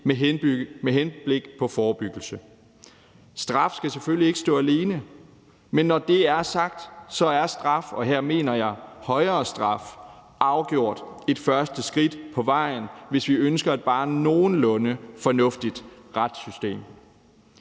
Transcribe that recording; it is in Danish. med henblik på forebyggelse. Straf skal selvfølgelig ikke stå alene, men når det er sagt, er straf – og her mener jeg højere straf – afgjort et første skridt på vejen, hvis vi ønsker et bare nogenlunde fornuftigt retssystem.